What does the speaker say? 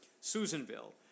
Susanville